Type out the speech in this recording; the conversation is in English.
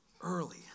early